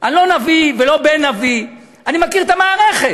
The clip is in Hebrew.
אני לא נביא ולא בן נביא, אני מכיר את המערכת.